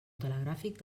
telegràfic